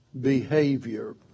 behavior